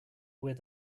where